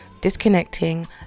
disconnecting